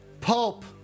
Pulp